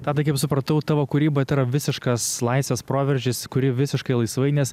tadai kaip supratau tavo kūryba tai yra visiškas laisvės proveržis kuri visiškai laisvai nes